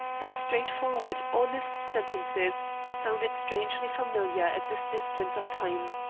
the straightforward, honest sentences sounded strangely familiar at this distance of time.